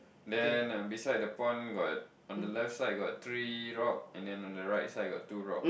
then uh beside the pond got on the left side got three rock and then on the right side got two rock